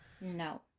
No